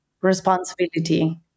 responsibility